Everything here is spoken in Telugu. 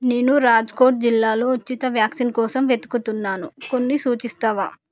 నేను రాజ్కోట్ జిల్లాలో ఉచిత వ్యాక్సిన్ కోసం వెతుకుతున్నాను కొన్ని సూచిస్తవా